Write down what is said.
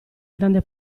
grande